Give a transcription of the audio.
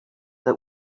that